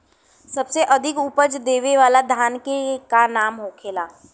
सबसे अधिक उपज देवे वाला धान के का नाम होखे ला?